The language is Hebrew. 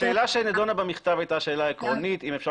השאלה שנידונה במכתב הייתה שאלה עקרונית אם אפשר